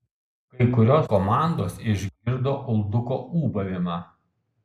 kai kurios komandos išgirdo ulduko ūbavimą